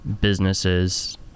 businesses